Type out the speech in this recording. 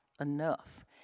enough